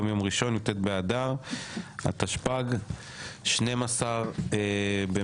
היום יום ראשון י"ט באדר התשפ"ג 12 במרץ.